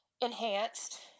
enhanced